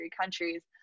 countries